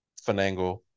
finagle